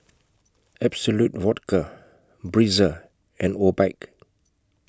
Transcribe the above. Absolut Vodka Breezer and Obike